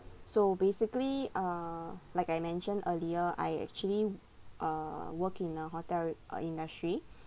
so basically uh like I mentioned earlier I actually uh work in a hotel uh industry